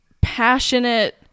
passionate